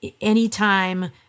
anytime